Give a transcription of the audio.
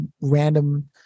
random